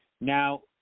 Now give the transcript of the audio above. Now